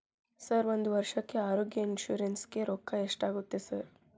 Sir ಒಂದು ವರ್ಷಕ್ಕೆ ಆರೋಗ್ಯ ಇನ್ಶೂರೆನ್ಸ್ ಗೇ ರೊಕ್ಕಾ ಎಷ್ಟಾಗುತ್ತೆ ಸರ್?